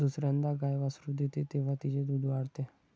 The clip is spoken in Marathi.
दुसर्यांदा गाय वासरू देते तेव्हा तिचे दूध वाढते